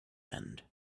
end